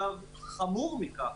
חמור מכך,